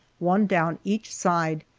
one down each side,